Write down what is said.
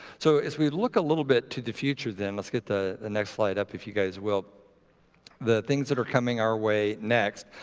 so as we look a little bit to the future, then let's get the next slide up, if you guys will the things that are coming our way next,